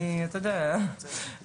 אתה יודע,